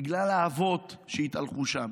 בגלל האבות שהתהלכו שם,